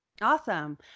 Awesome